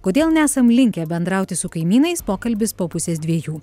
kodėl nesam linkę bendrauti su kaimynais pokalbis po pusės dviejų